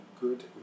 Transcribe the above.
good